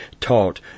taught